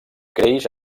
creix